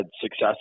success